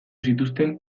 zituzten